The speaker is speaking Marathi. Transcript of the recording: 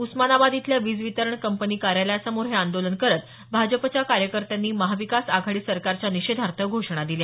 उस्मानाबाद इथल्या वीज वितरण कंपनी कार्यालयासमोर हे आंदोलन करत भाजपच्या कार्यकर्त्यांनी महाविकास आघाडी सरकारच्या निषेधार्थ घोषणा दिल्या